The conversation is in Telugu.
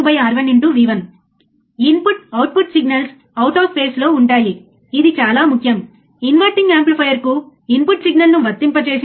ఆపై మనకు ఇండికేటర్ సర్క్యూట్ ఉంది మేము DC విద్యుత్ సరఫరా ద్వారా బయాస్ వోల్టేజ్ ప్లస్ 15 మైనస్ 15 ను ఇచ్చాము సరియైనదా